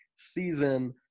Season